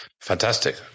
Fantastic